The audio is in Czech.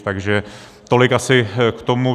Takže tolik asi k tomu.